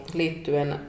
liittyen